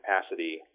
capacity